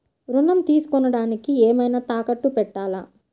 ఋణం తీసుకొనుటానికి ఏమైనా తాకట్టు పెట్టాలా?